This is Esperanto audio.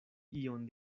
ion